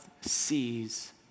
sees